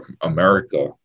America